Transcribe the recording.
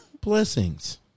blessings